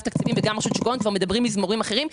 תקציבים וגם את שוק ההון מדברים מזמורים אחרים.